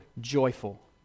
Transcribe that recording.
joyful